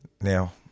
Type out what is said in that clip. now